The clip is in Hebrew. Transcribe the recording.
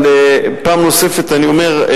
אבל פעם נוספת אני אומר,